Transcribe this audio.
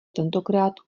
tentokrát